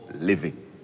living